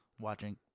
watching